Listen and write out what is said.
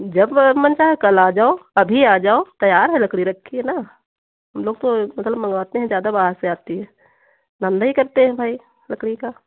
जब मन चाहे कल आ जाओ अभी आ जाओ तयार है लकड़ी रखी है न हम लोग तो मतलब मँगवाते हैं ज्यादा बाहर से आती है धंधा ही करते हैं भाई लकड़ी का